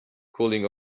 cooling